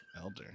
elder